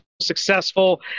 successful